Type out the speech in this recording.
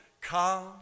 come